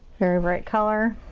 very bright color.